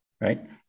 right